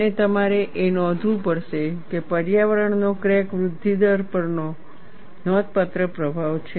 અને તમારે એ નોંધવું પડશે કે પર્યાવરણ નો ક્રેક વૃદ્ધિ દર પર નોંધપાત્ર પ્રભાવ છે